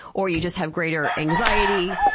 or you just have greater anxiety.